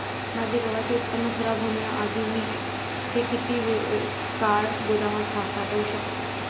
माझे गव्हाचे उत्पादन खराब होण्याआधी मी ते किती काळ गोदामात साठवू शकतो?